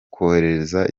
kohereza